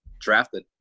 drafted